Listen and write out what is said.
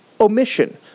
omission